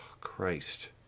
Christ